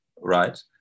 Right